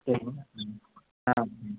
ஆ ம்